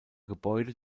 gebäude